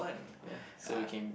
ya so we can